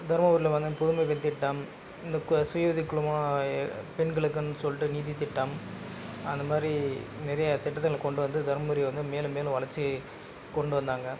தருமபுரியில் வந்து அந்த புதுமை பெண் திட்டம் இந்த கு சுய உதவி குழுமா பெண்களுக்குன் சொல்லிட்டு நிதி திட்டம் அந்தமாதிரி நிறையா திட்டங்களை கொண்டு வந்து தருமபுரி வந்து மேலும் மேலும் வளர்ச்சி கொண்டு வந்தாங்க